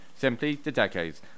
simplythedecades